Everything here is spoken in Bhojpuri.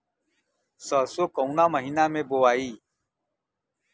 सरसो काउना महीना मे बोआई?